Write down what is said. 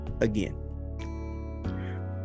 again